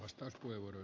arvoisa puhemies